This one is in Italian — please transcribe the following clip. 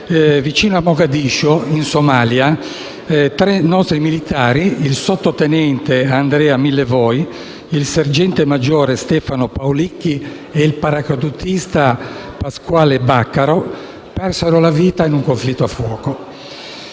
vicino a Mogadiscio, in Somalia, tre nostri militari, il sottotenente Andrea Millevoi, il sergente maggiore Stefano Paolicchi e il paracadutista Pasquale Baccaro, persero la vita in un conflitto a fuoco.